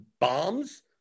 bombs